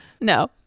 No